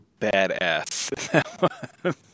badass